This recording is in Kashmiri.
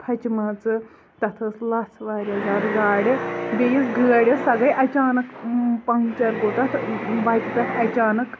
پھچمَژٕ تَتھ ٲس لَژھ واریاہ زیادٕ گاڈِ بیٚیہِ یُس گٲڈۍ ٲس سۄ گے اَچانَک پَنکچر گوٚو تَتھ وَتہِ پٮ۪ٹھ اَچانَک